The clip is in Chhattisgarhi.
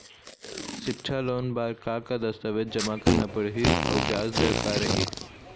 सिक्छा लोन बार का का दस्तावेज जमा करना पढ़ही अउ ब्याज दर का रही?